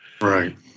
Right